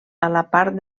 part